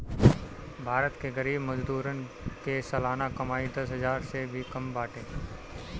भारत के गरीब मजदूरन के सलाना कमाई दस हजार से भी कम बाटे